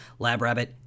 LabRabbit